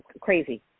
crazy